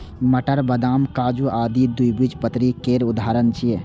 मटर, बदाम, काजू आदि द्विबीजपत्री केर उदाहरण छियै